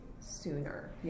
sooner